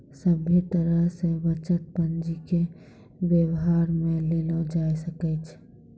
सभे तरह से बचत पंजीके वेवहार मे लेलो जाय सकै छै